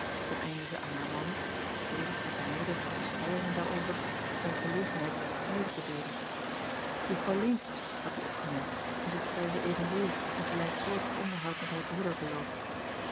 ten einde ze aan haar man tevens met haar nederige beschouwingen daarover bij gelegenheid mede te deelen uffrouw eentje had die opgemerkt en zich zelve evenzeer een gelijksoortig onderhoud met haar broeder beloofd